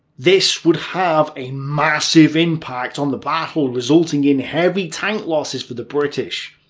this would have a massive impact on the battle, resulting in heavy tank losses for the british.